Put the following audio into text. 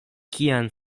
kian